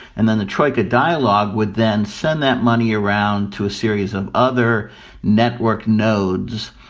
and then the troika dialog would then send that money around to a series of other network nodes,